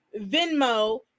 venmo